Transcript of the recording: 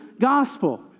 gospel